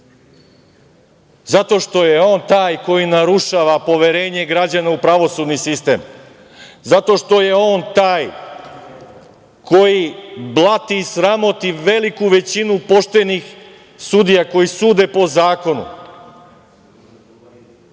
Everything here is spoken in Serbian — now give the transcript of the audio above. Zato što je on taj koji narušava poverenje građana u pravosudni sistem. Zato što je on taj koji blati i sramoti veliku većinu poštenih sudija koji sude po zakonu.